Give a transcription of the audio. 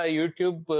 YouTube